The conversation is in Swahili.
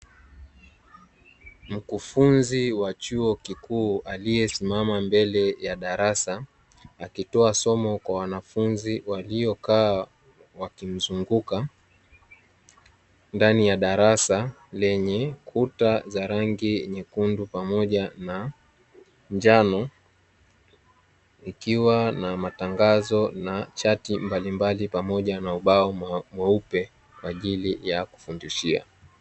Mkufunzi wa chuo kikuu aliyesimama mbele ya darasa, akitoa somo kwa wanafunzi waliokaa wakimzunguka ndani ya darasa. Lenye kuta za rangi nyekundu pamoja na njano ikiwa na matangazo na chaki mbalimbali pamoja na ubao ajili ya kufundishia.